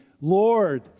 Lord